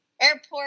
airport